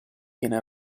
viene